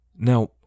Now